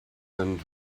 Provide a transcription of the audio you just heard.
and